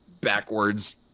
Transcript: backwards